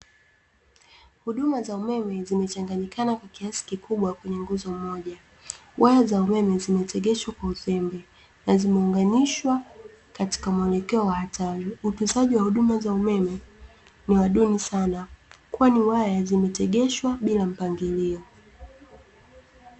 Huduma za umeme zimechangantikana kwa kiasi kikubwa kwenye nguzo moja, waya za umeme zimetegeshwa kwa uzembe na zimeunganishwa katika muelekeo wa hatari. Utunzaji wa huduma za umeme ni wa duni sana kwani waya zimetegeshwa bila mpangilio.